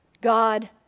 God